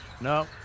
No